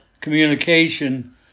communication